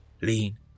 Lean